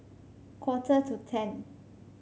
quarter to ten